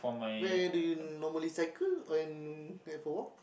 where do you normally cycle and and for walk